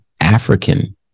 African